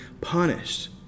punished